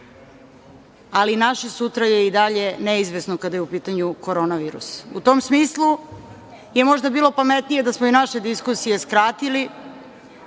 Ali, naše sutra je i dalje neizvesno, kada je u pitanju Koronavirus. U tom smislu je možda bilo pametnije da smo i naše diskusije skratili,